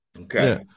Okay